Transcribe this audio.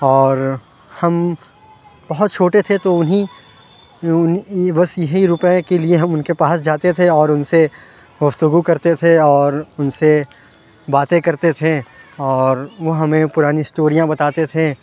اور ہم بہت چھوٹے تھے تو انہیں بس یہی روپے کے لیے ہم ان کے پاس جاتے تھے اور ان سے گفتگو کرتے تھے اور ان سے باتیں کرتے تھے اور وہ ہمیں پرانی اسٹوریاں بتاتے تھے